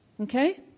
Okay